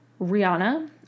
Rihanna